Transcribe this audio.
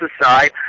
aside